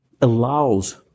allows